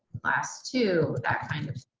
class two that kind of.